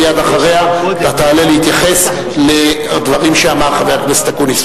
מייד אחריה תעלה להתייחס לדברים שאמר חבר הכנסת אקוניס.